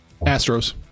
astros